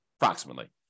approximately